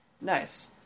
Nice